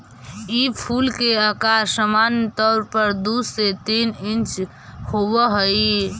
ई फूल के अकार सामान्य तौर पर दु से तीन इंच होब हई